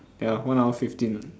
ya one hour fifteen ah